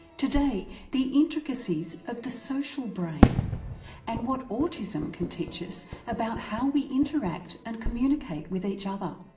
today, the intricacies of the social brain and what autism can teach us about how we interact and communicate with each other.